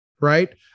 right